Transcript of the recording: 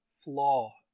flaw